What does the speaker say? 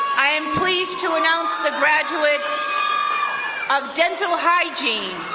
i am pleased to announce the graduates of dental hygiene.